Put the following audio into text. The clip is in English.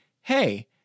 hey